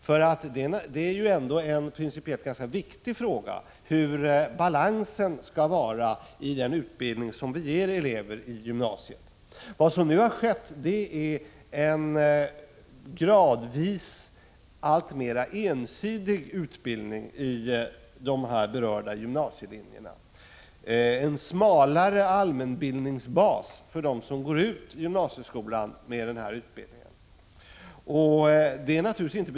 Hur balansen i den utbildning som vi ger elever i gymnasiet skall se ut är ju ändå en principiellt ganska viktig fråga. Vad som nu har skett är att utbildningen på dessa gymnasielinjer gradvis har blivit alltmera ensidig. De som går ut gymnasieskolan med den här utbildningen får en smalare allmänbildningsbas.